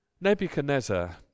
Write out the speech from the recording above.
Nebuchadnezzar